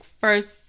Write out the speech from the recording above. first